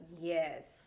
Yes